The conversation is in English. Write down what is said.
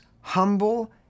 humble